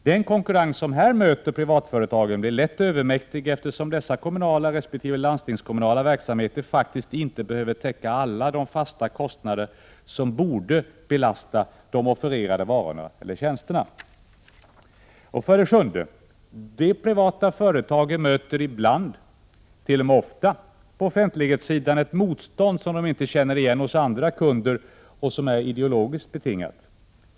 Den konkurrens som här möter privatföretagen blir lätt övermäktig, eftersom dessa kommunala resp. landstingskommunala verksamheter faktiskt inte behöver täcka alla de fasta kostnader som borde belasta de offererade varorna eller tjänsterna. 7. De privata företagen möter ibland, t.o.m. ofta, på offentlighetssidan ett motstånd som de inte känner igen hos andra kunder och som är ideologiskt betingat.